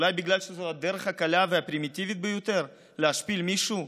אולי בגלל שזו הדרך הקלה והפרימיטיבית ביותר להשפיל מישהו,